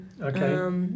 Okay